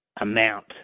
amount